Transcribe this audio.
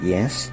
Yes